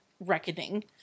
reckoning